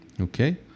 Okay